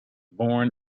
born